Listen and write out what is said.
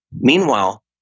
Meanwhile